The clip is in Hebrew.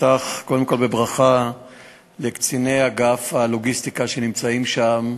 אפתח קודם כול בברכה לקציני אגף הלוגיסטיקה שנמצאים שם,